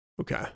Okay